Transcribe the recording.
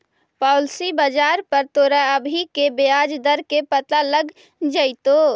policy Bazaar पर तोरा अभी के ब्याज दर के पता लग जाइतो